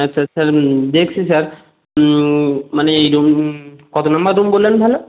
আচ্ছা স্যার দেখছি স্যার মানে এই রুম কত নাম্বার রুম বললেন তাহলে